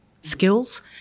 skills